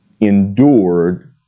endured